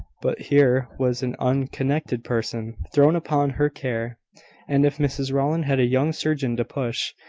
but here was an unconnected person thrown upon her care and if mrs rowland had a young surgeon to push,